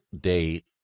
date